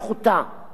פעם חמישית,